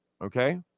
okay